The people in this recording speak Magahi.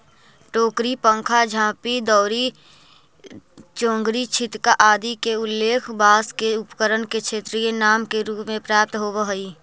टोकरी, पंखा, झांपी, दौरी, चोंगरी, छितका आदि के उल्लेख बाँँस के उपकरण के क्षेत्रीय नाम के रूप में प्राप्त होवऽ हइ